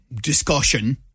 discussion